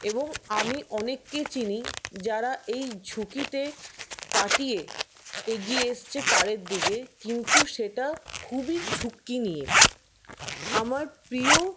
এবং আমি অনেককে চিনি যারা এই ঝুঁকিতে কাটিয়ে এগিয়ে এসছে পাড়ের দিকে কিন্তু সেটা খুবই ঝুঁকি নিয়ে আমার প্রিয়